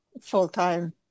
full-time